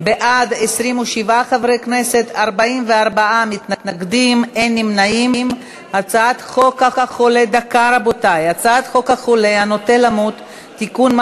נעבור להצבעה על הצעת חוק החולה הנוטה למות (תיקון,